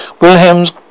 Wilhelm's